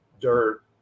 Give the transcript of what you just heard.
dirt